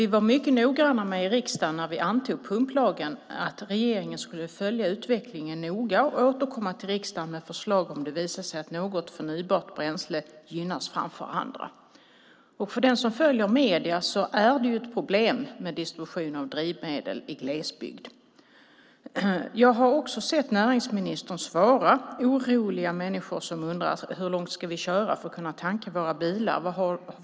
Vi var mycket noggranna när vi antog pumplagen med att regeringen skulle följa utvecklingen noga och återkomma till riksdagen med förslag om det visade sig att något förnybart bränsle gynnades framför andra. Den som följer medierna vet att det är ett problem med distribution av drivmedel i glesbygd. Jag har sett näringsministern svara oroliga människor som undrat: Hur långt ska vi köra för att kunna tanka våra bilar?